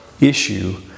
issue